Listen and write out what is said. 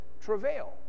travail